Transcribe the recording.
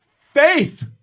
faith